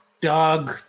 dog